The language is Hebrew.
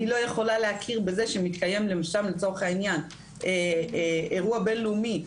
אני לא יכולה להכיר בזה שמתקיים למשל לצורך העניין אירוע בין לאומי,